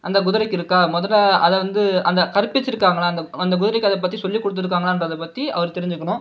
அந்த குதிரைக்கு இருக்கா முதல்ல அதை வந்து அந்த கற்பிச்சிருக்காங்களா அந்த குதிரைக்கு அதை பற்றி சொல்லி கொடுத்துருக்காங்களான்றதை பற்றி அவர் தெரிஞ்சுக்கணும்